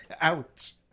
Ouch